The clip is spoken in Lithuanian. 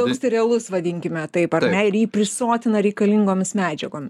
toks sterilus vadinkime taip ar ne ir jį prisotina reikalingomis medžiagom